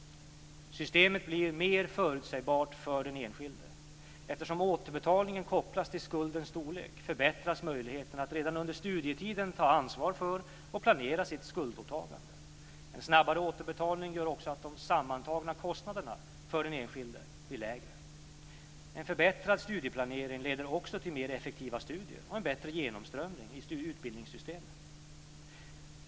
Systemet blir mer förutsägbart för den enskilde. Eftersom återbetalningen kopplas till skuldens storlek förbättras möjligheten att redan under studietiden ta ansvar för och planera sitt skuldåtagande. En snabbare återbetalning gör också att de sammantagna kostnaderna för den enskilde blir lägre. En förbättrad studieplanering leder också till mer effektiva studier och en bättre genomströmning i utbildningssystemet.